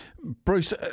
Bruce